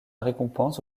récompense